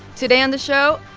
today on the show,